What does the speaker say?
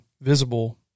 visible